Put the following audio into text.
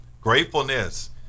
Gratefulness